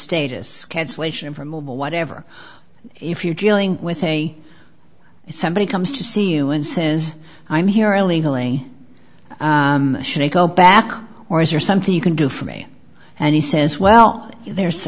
status cancellation from mobile whatever if you feeling with a if somebody comes to see you and says i'm here illegally should i go back or is there something you can do for me and he says well there's